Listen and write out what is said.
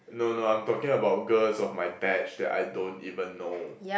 no no I'm talking about girls of my batch that I don't even know